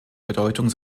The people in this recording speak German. bedeutung